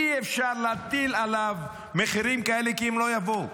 אי-אפשר להטיל עליו מחירים כאלה, כי הם לא יבואו.